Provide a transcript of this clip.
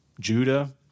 Judah